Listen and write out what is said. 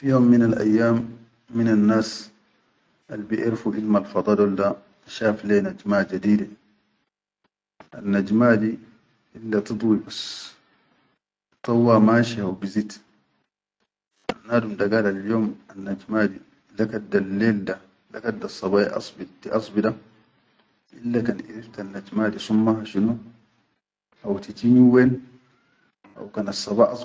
Fi yom minal ayyam minannas al-biʼerfu ilmal fada dol da shaf le najma jadide, annajma di ille tidwi bas, dawwa mashi haw bizid annadum da gaal al yom annajma di le kaddal lel da, le kaddassabalasbi tiʼasbi da illa kan iriftannajma di sunmaha shunu haw tiji min wen haw kan.